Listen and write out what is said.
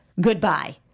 Goodbye